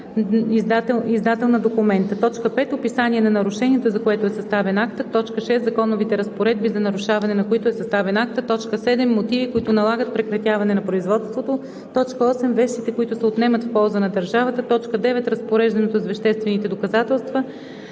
издател на документа;